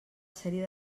sèrie